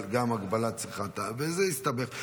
גם בהגבלת שכר טרחה, וזה הסתבך.